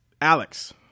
Alex